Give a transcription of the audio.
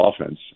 offense